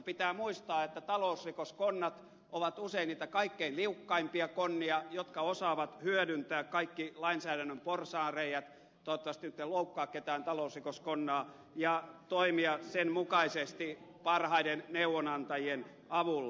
pitää muistaa että talousrikoskonnat ovat usein niitä kaikkein liukkaimpia konnia jotka osaavat hyödyntää kaikki lainsäädännön porsaanreiät toivottavasti nyt en loukkaa ketään talousrikoskonnaa ja toimia sen mukaisesti parhaiden neuvonantajien avulla